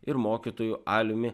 ir mokytoju aliumi